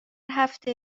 هفته